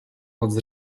moc